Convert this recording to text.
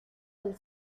del